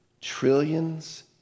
trillions